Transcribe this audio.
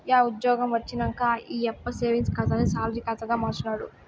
yeah ఉజ్జ్యోగం వచ్చినంక ఈ ఆయప్ప సేవింగ్స్ ఖాతాని సాలరీ కాతాగా మార్చినాడు